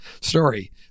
story